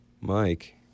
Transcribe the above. Mike